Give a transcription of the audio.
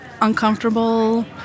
uncomfortable